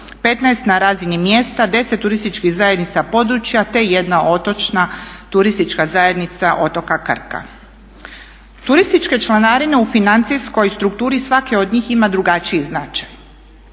15 na razini mjesta, 10 turističkih zajednica područja te jedna otočna turistička zajednica otoka Krka. Turističke članarine u financijskoj strukturi svake od njih ima drugačiji značaj.